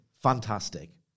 fantastic